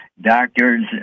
doctors